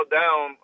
down